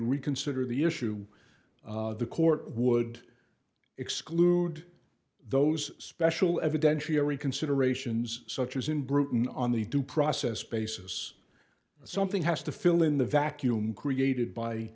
reconsider the issue the court would exclude those special evidentiary considerations such as in brewton on the due process basis something has to fill in the vacuum created by